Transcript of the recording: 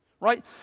Right